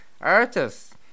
artists